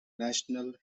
national